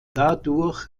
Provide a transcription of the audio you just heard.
dadurch